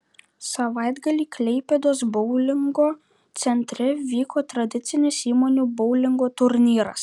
savaitgalį klaipėdos boulingo centre vyko tradicinis įmonių boulingo turnyras